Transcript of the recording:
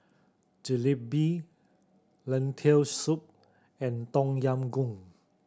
Jalebi Lentil Soup and Tom Yam Goong